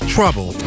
Trouble